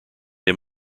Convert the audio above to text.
him